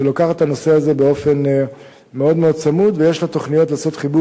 שלוקחת את הנושא הזה באופן מאוד צמוד ויש לה תוכניות לעשות חיבור